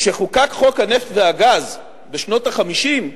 כשחוקק חוק הנפט והגז בשנות ה-50,